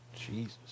Jesus